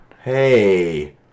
Hey